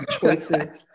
choices